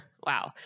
wow